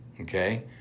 okay